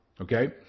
Okay